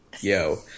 Yo